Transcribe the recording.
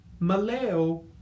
Maleo